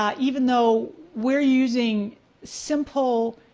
um even though we're using simple,